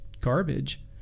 garbage